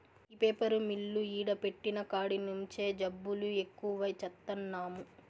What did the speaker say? ఈ paper mill ఈడ పెట్టిన కాడి నుంచే జబ్బులు ఎక్కువై చత్తన్నాము